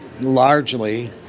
largely